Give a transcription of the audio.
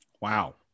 Wow